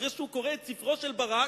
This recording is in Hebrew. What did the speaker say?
אחרי שהוא קורא את ספרו של ברק,